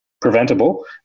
preventable